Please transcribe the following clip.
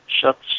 shut